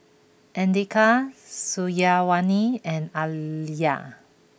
Andika Syazwani and Alya